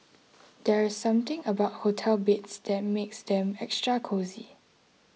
there's something about hotel beds that makes them extra cosy